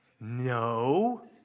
No